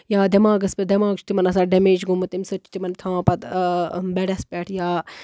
یا دٮ۪ماغس پَتہٕ دٮ۪ماغ چھُ آسان تِمن پَتہٕ ڈیمیج گوٚمُت تَمہِ سۭتۍ چھُ تِمن تھاوان پَتہٕ بیڈَس پٮ۪ٹھ یا